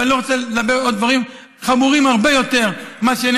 ואני לא רוצה לדבר עוד דברים חמורים הרבה יותר שנאמרים.